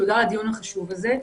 תודה על הדיון החשוב הזה.